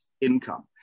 income